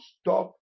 stop